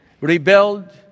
rebelled